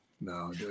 no